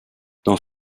dans